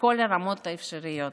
בכל הרמות האפשריות: